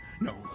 No